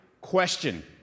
Question